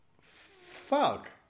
Fuck